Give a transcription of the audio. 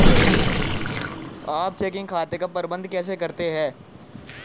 आप चेकिंग खाते का प्रबंधन कैसे करते हैं?